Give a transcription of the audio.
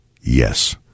Yes